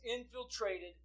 infiltrated